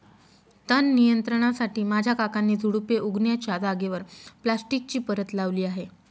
तण नियंत्रणासाठी माझ्या काकांनी झुडुपे उगण्याच्या जागेवर प्लास्टिकची परत लावली आहे